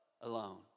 alone